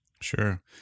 Sure